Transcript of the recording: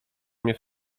mnie